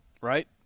Right